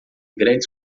grandes